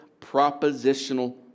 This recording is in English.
propositional